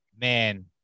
man